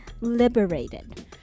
liberated